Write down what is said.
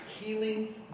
healing